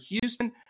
Houston